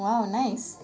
!wow! nice